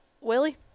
Willie